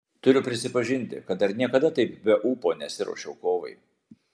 turiu prisipažinti kad dar niekada taip be ūpo nesiruošiau kovai